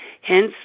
hence